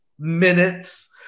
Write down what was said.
Minutes